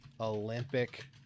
Olympic